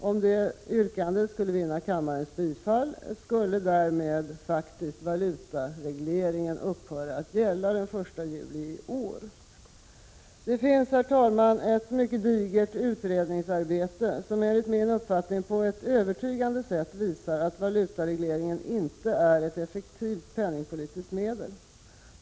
Om det yrkandet skulle vinna kammarens bifall, skulle därmed valutaregleringen faktiskt upphöra att gälla den 1 juli i år. Herr talman! Det finns ett digert utredningsarbete som enligt min uppfattning på ett övertygande sätt visar att valutaregleringen inte är ett effektivt penningpolitiskt medel.